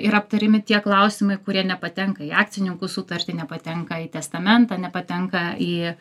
ir aptariami tie klausimai kurie nepatenka į akcininkų sutartį nepatenka į testamentą nepatenka į